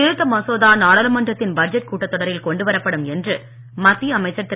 திருத்த மசோதா மத்திய நாடாளுமன்றத்தின் பட்ஜெட் கூட்டத்தொடரில் கொண்டுவரப்படும் என்று மத்திய அமைச்சர் திரு